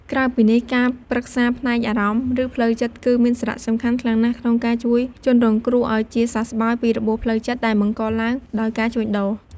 ក្រៅពីនេះ ការប្រឹក្សាផ្នែកអារម្មណ៍ ឬផ្លូវចិត្ត គឺមានសារៈសំខាន់ខ្លាំងណាស់ក្នុងការជួយជនរងគ្រោះឲ្យជាសះស្បើយពីរបួសផ្លូវចិត្តដែលបង្កឡើងដោយការជួញដូរ។